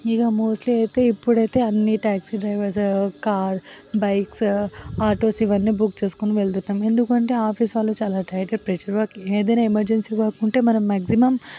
ఇక మోస్ట్లీ అయితే ఇప్పుడైతే అన్ని taxi drivers car bikes autos ఇవన్నీ బుక్ చేసుకొని వెళుతున్నాము ఎందుకంటే ఆఫీస్ వాళ్ళు చాలా టైట్ అండ్ ప్రెషర్ వర్క్ ఏదైనా ఎమర్జెన్సీ వర్క్ ఉంటే మనం మ్యాగ్జిమం